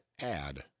add